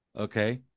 okay